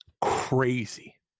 crazy